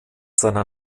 seiner